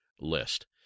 list